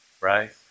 Right